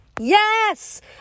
yes